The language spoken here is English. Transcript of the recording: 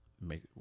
make